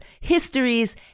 histories